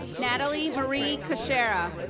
natalie marie caschera.